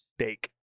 steak